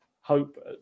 hope